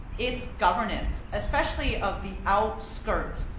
its governance, especially of the outskirts,